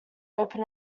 open